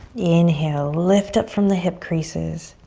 inhale, lift up from the hip creases.